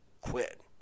quit